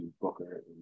Booker